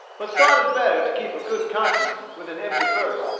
but thought it better to keep a good conscience with an empty purse,